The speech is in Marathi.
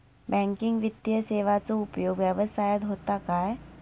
बँकिंग वित्तीय सेवाचो उपयोग व्यवसायात होता काय?